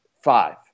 five